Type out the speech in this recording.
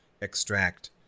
extract